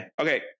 Okay